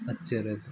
अच्छे रहते